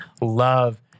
love